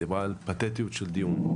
היא דיברה על פתטיות של דיון.